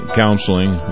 counseling